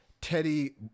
Teddy